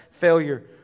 failure